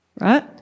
right